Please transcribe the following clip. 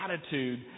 attitude